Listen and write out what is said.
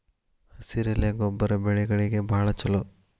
ಹಸಿರೆಲೆ ಗೊಬ್ಬರ ಬೆಳೆಗಳಿಗೆ ಬಾಳ ಚಲೋ